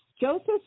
Joseph